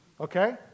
Okay